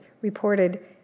reported